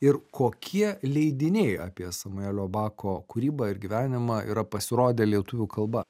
ir kokie leidiniai apie samuelio bako kūrybą ir gyvenimą yra pasirodę lietuvių kalba